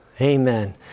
amen